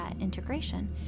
integration